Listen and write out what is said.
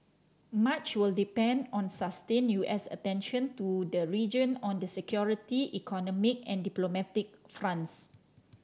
much will depend on sustained U S attention to the region on the security economic and diplomatic fronts